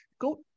Go